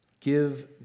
give